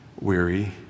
weary